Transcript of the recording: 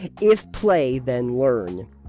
If-play-then-learn